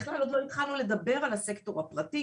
בכלל עוד לא התחלנו לדבר על הסקטור הפרטי,